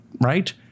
right